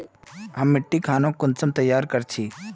हम मिट्टी खानोक कुंसम तैयार कर छी?